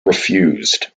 refused